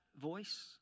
voice